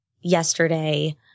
yesterday